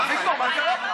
אביגדור, מה קרה פה?